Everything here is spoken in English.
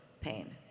pain